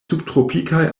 subtropikaj